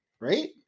right